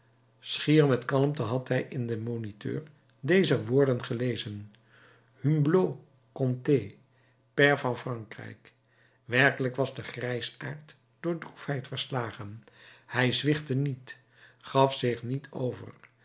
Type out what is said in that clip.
schier met kalmte had hij in den moniteur deze woorden gelezen humblot conté pair van frankrijk werkelijk was de grijsaard door droefheid verslagen hij zwichtte niet gaf zich niet over